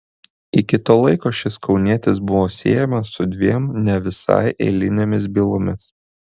iki to laiko šis kaunietis buvo siejamas su dviem ne visai eilinėmis bylomis